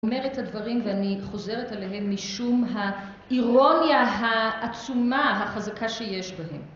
אני אומרת את הדברים ואני חוזרת עליהם משום האירוניה העצומה, החזקה שיש בהם.